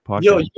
yo